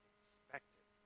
expected